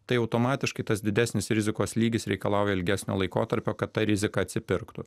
tai automatiškai tas didesnis rizikos lygis reikalauja ilgesnio laikotarpio kad ta rizika atsipirktų